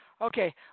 Okay